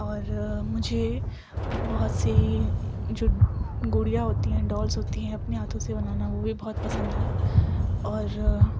اور مجھے بہت سی جو گڑیا ہوتی ہیں ڈالس ہوتی ہیں اپنے ہاتھوں سے بنانا وہ بھی بہت پسند ہے اور